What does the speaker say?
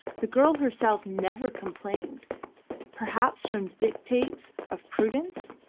the girl herself never complained perhaps from dictates of prudence,